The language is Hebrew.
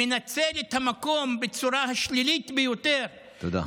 מנצל את המקום בצורה שלילית ביותר תודה.